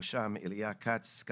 ובראשם איליה כץ,